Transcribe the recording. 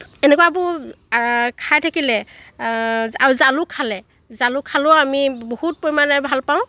এনেকুৱাবোৰ খাই থাকিলে আৰু জালুক খালে জালুক খালেও আমি বহুত পৰিমাণে ভাল পাওঁ